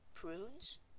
prunes?